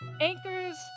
Anchors